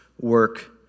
work